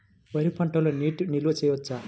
వరి పంటలో నీటి నిల్వ చేయవచ్చా?